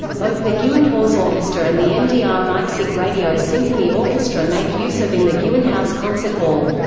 both the gewandhausorchester and the mdr leipzig radio symphony orchestra make use of in the gewandhaus concert hall.